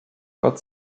gott